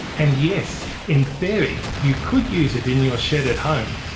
and yes, in theory you could use it in your shed at home,